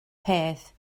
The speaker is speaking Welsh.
peth